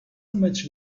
much